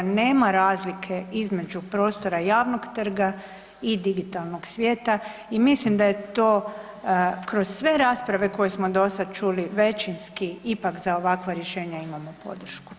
Nema razlike između prostora javnog trga i digitalnog svijeta i mislim da je to kroz sve rasprave koje smo dosad čuli većinski ipak za ovakva rješenja imamo podršku.